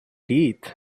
teeth